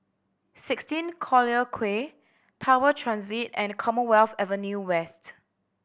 sixteen Collyer Quay Tower Transit and Commonwealth Avenue West